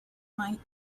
might